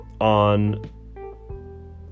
on